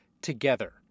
together